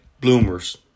bloomers